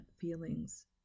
feelings